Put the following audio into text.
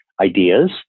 ideas